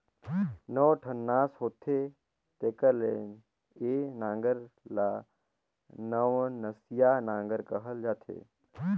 नौ ठन नास होथे तेकर ले ए नांगर ल नवनसिया नागर कहल जाथे